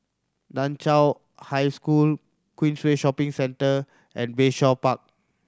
Nan Chiau High School Queensway Shopping Centre and Bayshore Park